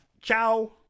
ciao